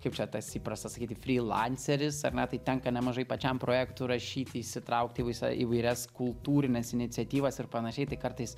kaip čia tas įprasta sakyti frilanceris ar ne tai tenka nemažai pačiam projektų rašyti įsitraukti į visą įvairias kultūrines iniciatyvas ir panašiai tai kartais